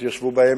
אדוני היושב-ראש,